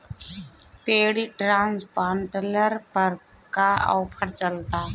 Paddy transplanter पर का offer चलता?